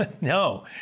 No